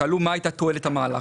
שאלו מה הייתה התועלת של המהלך.